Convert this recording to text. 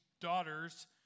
daughters